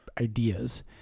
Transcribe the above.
ideas